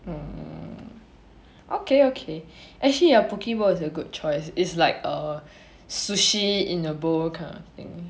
mm okay okay actually ya poke bowl is a good choice is like a sushi in a bowl kind of thing